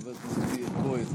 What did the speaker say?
חברת הכנסת היבה יזבק,